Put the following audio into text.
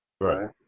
Right